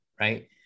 right